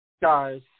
guys